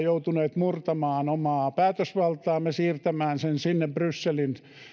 joutuneet murtamaan omaa päätösvaltaamme siirtämään sen sinne brysselin